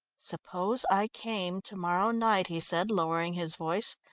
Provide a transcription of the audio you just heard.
suppose i came to-morrow night, he said, lowering his voice,